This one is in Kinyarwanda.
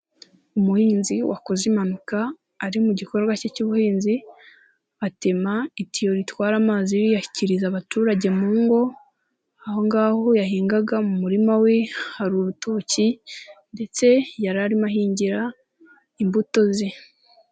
Umuhinzi wakoze impanuka ari mu gikorwa cye cy'ubuhinzi, atema itiyo itwara amazi iyashyikiriza abaturage mu ngo, aho ngaho yahingaga mu murima we hari urutoki, ndetse yari arimo ahingira imbuto ze.